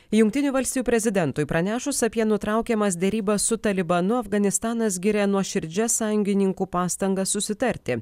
jungtinių valstijų prezidentui pranešus apie nutraukiamas derybas su talibanu afganistanas giria nuoširdžias sąjungininkų pastangas susitarti